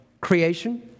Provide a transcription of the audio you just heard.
creation